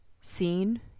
seen